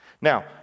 Now